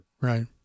right